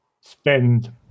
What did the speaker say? spend